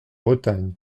bretagne